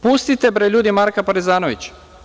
Pustite, bre, ljudi Marka Parezanovića.